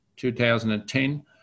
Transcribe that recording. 2010